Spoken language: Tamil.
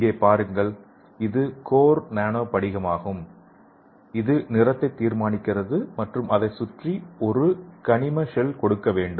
இங்கே பாருங்கள் இது கோர் நானோ படிகமாகும் இது நிறத்தை தீர்மானிக்கிறது மற்றும் அதைச் சுற்றி ஒரு கனிம ஷெல் கொடுக்க வேண்டும்